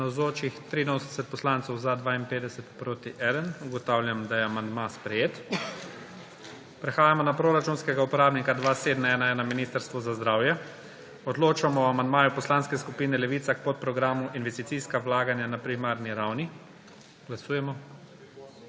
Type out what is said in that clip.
1. (Za je glasovalo 52.) (Proti 1.) Ugotavljam, da je amandma sprejet. Prehajamo na proračunskega uporabnika 2711 Ministrstvo za zdravje. Odločamo o amandmaju Poslanske skupine Levica k podprogramu Investicijska vlaganja na primarni ravni. Glasujemo.